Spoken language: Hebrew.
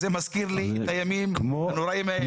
זה מזכיר לי את הימים הנוראים האלה.